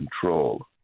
control